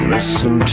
Listen